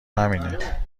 همینه